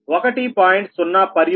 0 p